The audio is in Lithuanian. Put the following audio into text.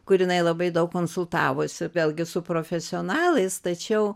kur jinai labai daug konsultavosi vėlgi su profesionalais tačiau